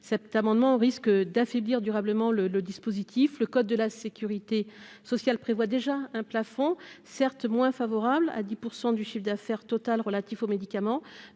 cet amendement risque d'affaiblir durablement le le dispositif, le code de la Sécurité sociale prévoit déjà un plafond, certes moins favorable à 10 % du chiffre d'affaires total relatifs aux médicaments